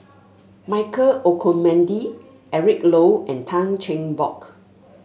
Michael Olcomendy Eric Low and Tan Cheng Bock